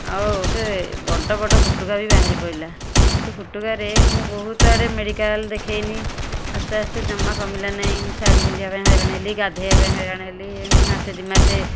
ଆଉ ସେ ବଡ଼ ବଡ଼ ଫୁଟୁକା ବି ବାହାରି ପଇଲା ସେ ଫୁଟୁକାରେ ମୁଁ ବହୁତ ଆଡ଼େ ମେଡିକାଲ୍ ଦେଖେଇନି ଆସ୍ତେ ଆସ୍ତେ ଜମା କମିଲା ନାଇଁ ଶାଢ଼ୀ ପିନ୍ଧିବା ପାଇଁ ହଇରାଣ ହେଲି ଗାଧେଇବା ପାଇଁ ହଇରାଣ ହେଲି ଏମିତି ମାସେ ଦୁଇମାସ